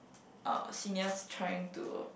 uh seniors trying to